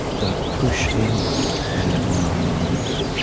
that push in on our lives.